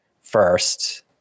first